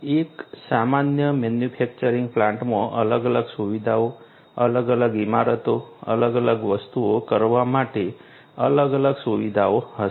એક સામાન્ય મેન્યુફેક્ચરિંગ પ્લાન્ટમાં અલગ અલગ સુવિધાઓ અલગ અલગ ઇમારતો અલગ અલગ વસ્તુઓ કરવા માટે અલગ અલગ સુવિધાઓ હશે